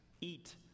eat